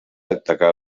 atacar